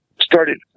started